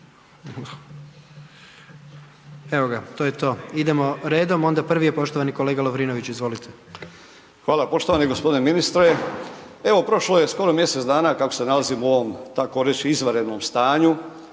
Evo ga, to je to. Idemo redom, onda prvi je poštovani kolega Lovrinović, izvolite. **Lovrinović, Ivan (Promijenimo Hrvatsku)** Hvala. Poštovani g. ministre, evo prošlo je skoro mjesec dana kako se nalazimo u ovom takoreći izvanrednom stanju.